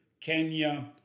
Kenya